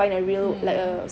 mm